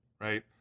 right